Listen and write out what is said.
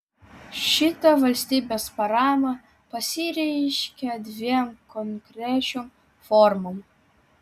šita valstybės parama pasireiškia dviem konkrečiom formom